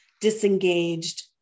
disengaged